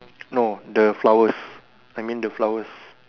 no the flowers I mean the flowers